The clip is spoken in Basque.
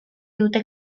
dute